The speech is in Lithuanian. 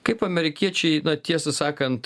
kaip amerikiečiai tiesą sakant